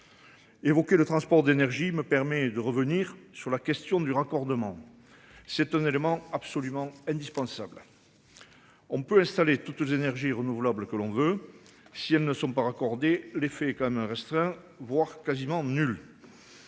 Évoqué le transport d'énergie me permet de revenir sur la question du raccordement. C'est un élément absolument indispensable. On peut installer toutes les énergies renouvelables, que l'on veut, si elles ne sont pas raccordés l'effet un restreint, voire quasiment nulle.